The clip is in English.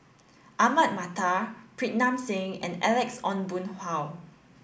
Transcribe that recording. Ahmad Mattar Pritam Singh and Alex Ong Boon Hau